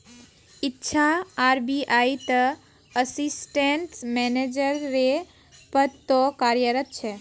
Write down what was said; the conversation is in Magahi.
इच्छा आर.बी.आई त असिस्टेंट मैनेजर रे पद तो कार्यरत छे